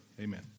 Amen